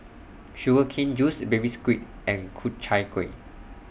Sugar Cane Juice Baby Squid and Ku Chai Kueh